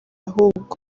ahubwo